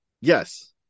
Yes